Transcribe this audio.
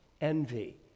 envy